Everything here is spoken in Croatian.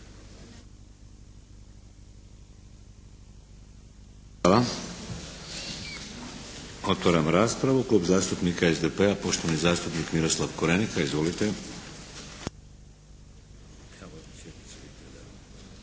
Hvala. Otvaram raspravu. Klub zastupnika SDP-a, poštovani zastupnik Miroslav Korenika. Izvolite!